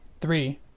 Three